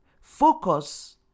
Focus